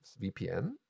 VPN